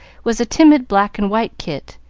was a timid black and white kit